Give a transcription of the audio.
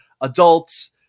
adults